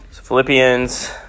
Philippians